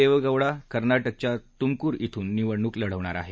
देवेगौडा कर्नाटकच्या तुमकूर इथून निवडणूक लढणार आहेत